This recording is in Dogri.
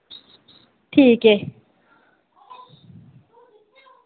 ठीक ऐ